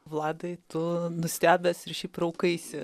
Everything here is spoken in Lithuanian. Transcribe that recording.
vladai tu nustebęs ir šiaip raukaisi